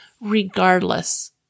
regardless